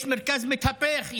יש מרכז מתהפך,